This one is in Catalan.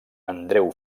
andreu